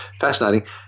fascinating